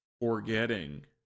forgetting